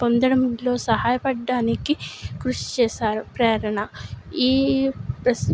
పొందడంలో సహాయపడ్డానికి కృషి చేశారు ప్రేరణ ఈ ప్రస్